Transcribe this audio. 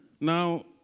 Now